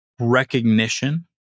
recognition